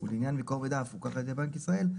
ובעניין מקור מידע המפוקח על ידי בנק ישראל,